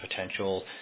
potential